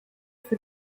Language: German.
für